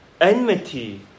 enmity